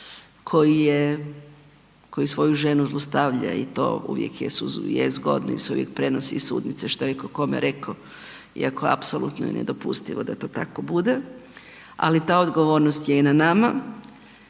koji svoju ženu zlostavlja i to uvijek je, zgodni su i prijenosi iz sudnice šta je ko kome reko iako apsolutno je nedopustivo da to tako bude, ali ta odgovornost je i na nama.